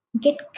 get